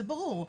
זה ברור,